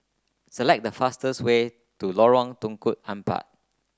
select the fastest way to Lorong Tukang Empat